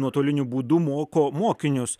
nuotoliniu būdu moko mokinius